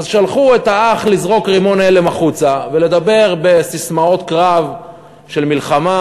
שלחו את האח לזרוק רימון הלם החוצה ולדבר בססמאות קרב של מלחמה,